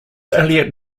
eliot